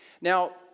Now